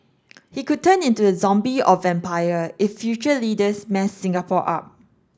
he could turn into a zombie or vampire if future leaders mess Singapore up